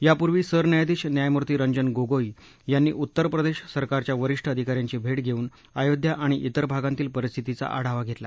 यापूर्वी सरन्यायाधीश न्यायमूर्ती रंजन गोगोई यांनी उत्तर प्रदेश सरकारच्या वरिष्ठ अधिकाऱ्यांची भेट घेऊन आयोध्या आणि इतर भागांतील परिस्थितीचा आढावा घेतला